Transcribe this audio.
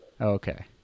Okay